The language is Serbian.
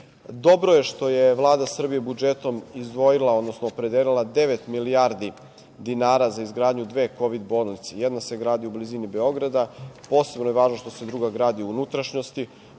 Dobro je što je Vlada Srbije budžetom izdvojila, odnosno opredelila devet milijardi dinara za izgradnju dve kovid bolnice. Jedna se gradi u blizini Beograda. Posebno je važno što se druga gradi u unutrašnjosti,